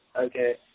okay